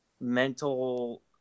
mental